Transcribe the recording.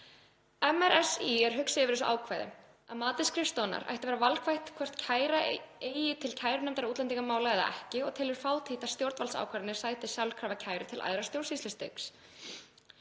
MRSÍ er hugsi yfir þessu ákvæði, að mati skrifstofunnar ætti að vera valkvætt hvort kæra eigi til kærunefndar útlendingamála eða ekki og telur fátítt að stjórnvaldsákvarðanir sæti sjálfkrafa kæru til æðra stjórnsýslustigs.